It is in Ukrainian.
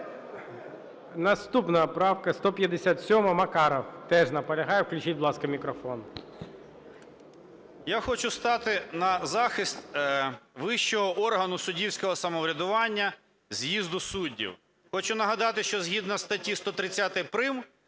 Наступна правка 157-а, Макаров. Теж наполягає, включіть, будь ласка, мікрофон. 17:16:58 МАКАРОВ О.А. Я хочу стати на захист вищого органу суддівського самоврядування – з'їзду суддів. Хочу нагадати, що згідно статті 130 прим.